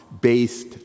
based